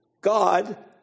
God